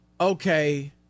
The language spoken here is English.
okay